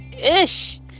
ish